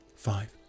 Five